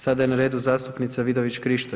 Sada je na redu zastupnica Vidović Krišto.